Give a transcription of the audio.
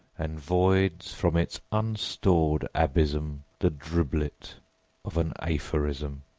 and voids from its unstored abysm the driblet of an aphorism.